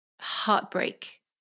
heartbreak